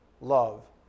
love